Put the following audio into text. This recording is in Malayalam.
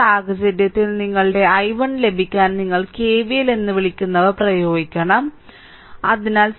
ഈ സാഹചര്യത്തിൽ നിങ്ങളുടെ i1 ലഭിക്കാൻ നിങ്ങൾ KVL എന്ന് വിളിക്കുന്നവ പ്രയോഗിക്കണം അതിനാൽ 6 12 18